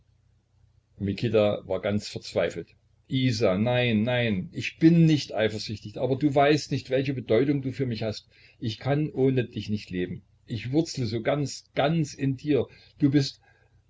mikita war ganz verzweifelt isa nein nein ich bin nicht eifersüchtig aber du weißt nicht welche bedeutung du für mich hast ich kann ohne dich nicht leben ich wurzle so ganz ganz in dir du bist